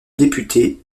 député